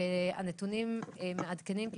הנתונים מעדכנים כי